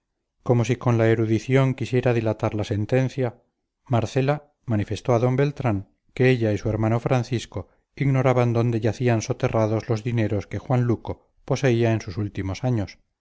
como si con la erudición quisiera dilatar la sentencia marcela manifestó a d beltrán que ella y su hermano francisco ignoraban dónde yacían soterrados los dineros que juan luco poseía en sus últimos años